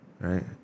Right